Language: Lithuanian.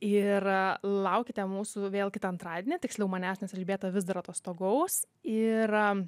ir laukite mūsų vėl kitą antradienį tiksliau manęs nes elžbieta vis dar atostogaus ir